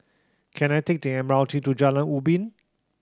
can I take the M R T to Jalan Ubin